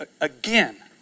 again